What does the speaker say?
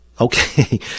Okay